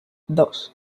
dos